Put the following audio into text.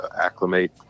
acclimate